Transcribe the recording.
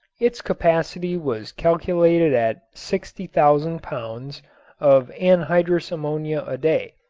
its capacity was calculated at sixty thousand pounds of anhydrous ammonia a day,